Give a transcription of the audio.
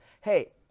Hey